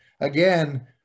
Again